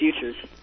futures